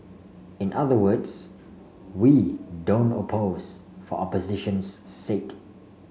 in other words we don't oppose for opposition's sake